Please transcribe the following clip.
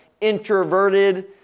introverted